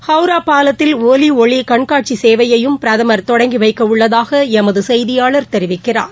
ஹவுரா பாலத்தில் ஒலி ஒளி கண்காட்சி சேவையையும் பிரதமர் தொடங்கி வைக்க உள்ளதாக எமது செய்தியாளர் தெரிவிக்கிறார்